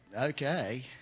okay